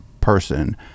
person